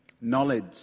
knowledge